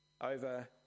over